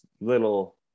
little